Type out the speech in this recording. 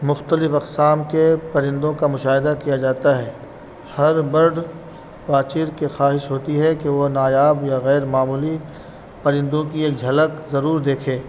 مختلف اقسام کے پرندوں کا مشاہدہ کیا جاتا ہے ہر برڈ واچر کی خواہش ہوتی ہے کہ وہ نایاب یا غیرممولی پرندوں کی ایک جھلک ضرور دیکھے